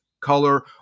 color